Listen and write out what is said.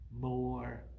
more